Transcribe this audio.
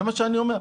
זה מה שאני אומר.